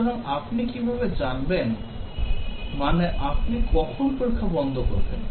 সুতরাং আপনি কীভাবে জানবেন মানে আপনি কখন পরীক্ষা বন্ধ করবেন